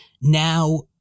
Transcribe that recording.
Now